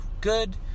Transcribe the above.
good